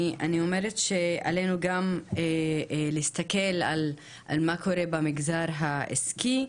אני אומרת שעלינו גם להסתכל על מה קורה במגזר העסקי,